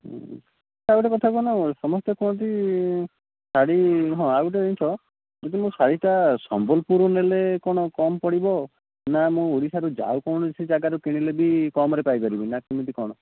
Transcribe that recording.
ଆଉ ଗୋଟେ କଥା କହୁନ ସମସ୍ତେ କୁହନ୍ତି ଶାଢୀ ହଁ ଆଉ ଗୋଟେ ଜିନିଷ ଯଦି ମୁଁ ଶାଢୀ ଟା ସମ୍ବଲପୁରରୁ ନେଲେ କ'ଣ କମ୍ ପଡ଼ିବ ନା ଆମ ଓଡ଼ିଶାର ଆଉ କୌଣସି ଜାଗା ରୁ କିଣିଲେ ବି କମ୍ ରେ ପାଇ ପାରିବି ନା କେମିତି କ'ଣ